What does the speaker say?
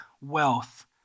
wealth